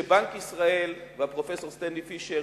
שבנק ישראל והפרופסור סטנלי פישר